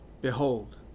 Behold